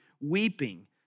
weeping